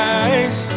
eyes